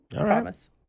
promise